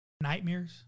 Nightmares